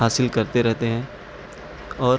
حاصل کرتے رہتے ہیں اور